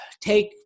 take